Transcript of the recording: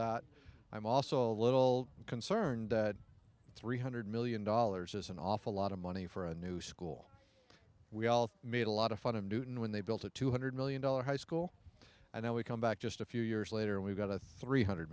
that i'm also a little concerned that three hundred million dollars is an awful lot of money for a new school we all made a lot of fun of newton when they built a two hundred million dollar high school and then we come back just a few years later we've got a three hundred